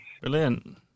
Brilliant